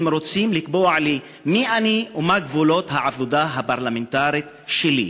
הם רוצים לקבוע לי מי אני ומה גבולות העבודה הפרלמנטרית שלי.